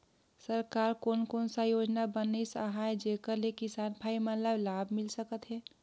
सरकार कोन कोन सा योजना बनिस आहाय जेकर से किसान भाई मन ला लाभ मिल सकथ हे?